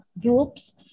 groups